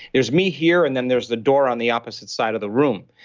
there's me here, and then there's the door on the opposite side of the room.